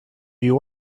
you